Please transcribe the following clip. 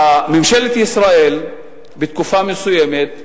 אדוני היושב-ראש, ממשלת ישראל, בתקופה מסוימת,